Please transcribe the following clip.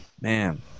man